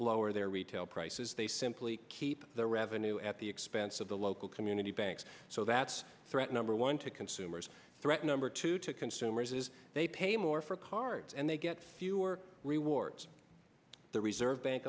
lower their retail prices they simply keep their revenue at the expense of the local community banks so that's threat number one to consumers threat number two to consumers is they pay more for cards and they get fewer rewards the reserve bank